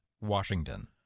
Washington